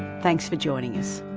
thanks for joining us